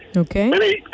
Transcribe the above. okay